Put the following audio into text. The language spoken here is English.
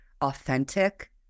authentic